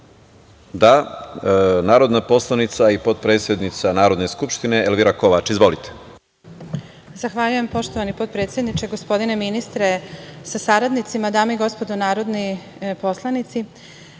reč? Da, narodna poslanica i potpredsednica Narodne skupštine, Elvira Kovač. Izvolite. **Elvira Kovač** Zahvaljujem. Poštovani potpredsedniče, gospodine ministre sa saradnicima, dame i gospodo narodni poslanici,